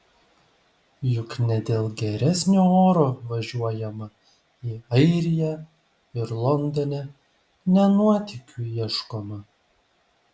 juk ne dėl geresnio oro važiuojama į airiją ir londone ne nuotykių ieškoma